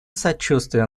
сочувствие